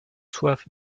soif